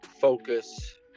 focus